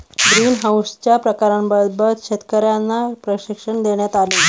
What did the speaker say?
ग्रीनहाउसच्या प्रकारांबाबत शेतकर्यांना प्रशिक्षण देण्यात आले